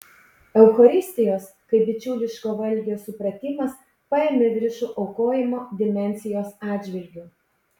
eucharistijos kaip bičiuliško valgio supratimas paėmė viršų aukojimo dimensijos atžvilgiu